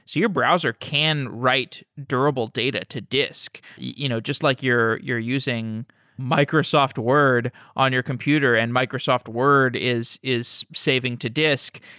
so your browser can write durable data to disk. you know just like you're using microsoft word on your computer and microsoft word is is saving to disk.